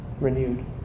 renewed